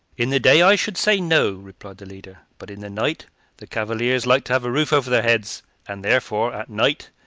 in the day i should say no, replied the leader but in the night the cavaliers like to have a roof over their heads and, therefore, at night,